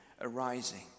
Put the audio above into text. arising